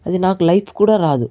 అది నాకు లైఫ్ కూడా రాదు